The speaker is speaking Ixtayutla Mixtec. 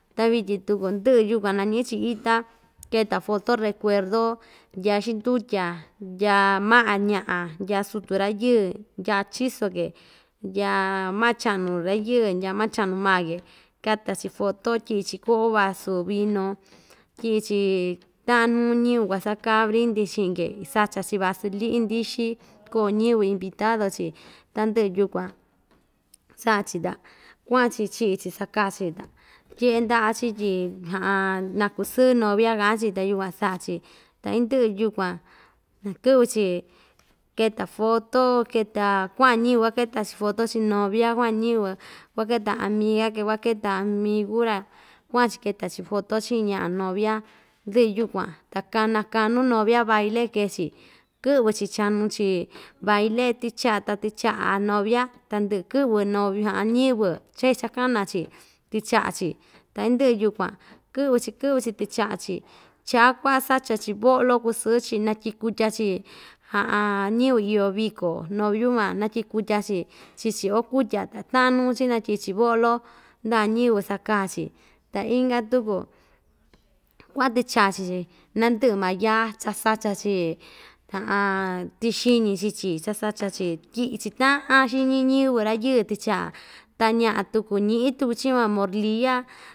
Ta vityin tuku ndɨꞌɨ yukuan nañiꞌi‑chi ita keta foto recuerdo ndyaa xindutya ndyaa maꞌa ñaꞌa ndyaa sutu rayɨɨ ndyaa chiso‑ke ndya maꞌa chaꞌnu rayɨɨ ndya maꞌa chaꞌnu maa‑ke kata‑chi foto tyiꞌi‑chi koꞌo vasu vinu tyiꞌi‑chi taꞌan nuu ñiyɨvɨ kuasakaa brindi chiꞌin‑ke sacha‑chi vasu liꞌi ndɨxɨ koo ñiyɨvɨ invitado‑chi tandɨꞌɨ yukuan saꞌa‑chi ta kuaꞌan‑chi chiꞌi‑chi sakaa‑chi ta tyeꞌe ndaꞌa‑chi tyi nakusɨɨ novia kaꞌa‑chi ta yukuan saꞌa‑chi ta indɨꞌɨ yukun kɨꞌvɨ‑chi keta foto keta kuaꞌan ñiyɨvɨ kuaketa‑cho foto chin novia kuaꞌan ñiyɨvɨ kuaketa amiga‑ke kuaketa migura kuaꞌa‑chi keta‑chi foto chiꞌin ñaꞌa novia ndɨꞌɨ yukuan ta kana nakanu novia baile kee‑chi kɨꞌvɨ‑chi chanu‑chi baile tɨchaꞌa ta tɨchaꞌa novia tandɨꞌɨ kɨꞌvɨ nov ñiyɨvɨ cha ichakana‑chi tɨchaꞌa‑chi ta indɨꞌɨ yukuan kɨꞌvɨ‑chi kɨꞌvɨ‑chi tɨchaꞌa‑chi chaa kuaꞌa sacha‑chi boꞌlo kusii‑chi natyi kutya‑chi ñiyɨvɨ iyo viko noviu van natyiꞌi kutya‑chi chii‑chi oo kutya ta taꞌan nuu‑chi natyiꞌi‑chi boꞌlo ndyaꞌa ñiyɨvɨ sakaa‑chi ta inka tuku kuaꞌan tɨchaꞌa chii‑chi nandɨꞌɨ maa yaa cha sacha‑chi tɨxiñi chii‑chi sasacha‑chi tyiꞌi‑chi taꞌan xiñi ñiyɨvɨ rayɨɨ tɨchaꞌa ta ñaꞌa tuku ñiꞌi tuku chi van morlia.